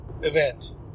event